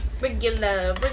Regular